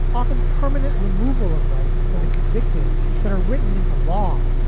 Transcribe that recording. often permanent removal of rights for the convicted that are written into law.